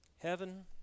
heaven